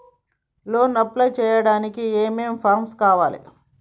Loan apply చేయడానికి ఏం ఏం ఫామ్స్ కావాలే?